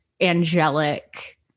angelic